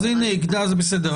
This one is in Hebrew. בסדר.